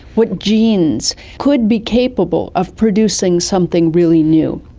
what genes could be capable of producing something really new.